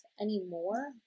anymore